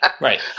right